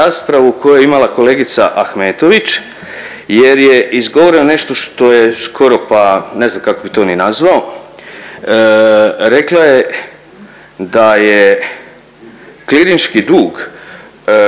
koju je imala kolegica Ahmetović jer je izgovoreno nešto što je skoro pa ne znam kako bi to ni nazvao, rekla je da je klinički dug